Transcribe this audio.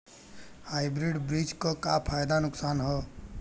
Hybrid बीज क का फायदा नुकसान ह?